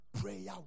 prayer